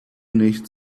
nicht